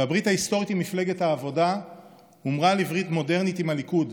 והברית ההיסטורית עם מפלגת העבודה הומרה לברית מודרנית עם הליכוד,